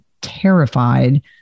terrified